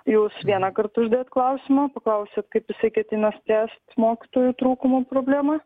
jūs vienąkart uždavėt klausimą paklausėt kaip jisai ketina spręst mokytojų trūkumų problemą